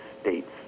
States